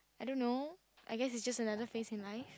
I don't know I guess it is just another phase in life